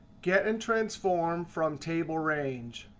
get and transform from table range.